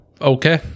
okay